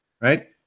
right